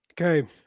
Okay